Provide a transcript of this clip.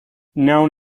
known